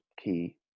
key